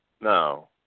No